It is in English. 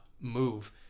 move